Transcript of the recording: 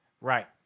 Right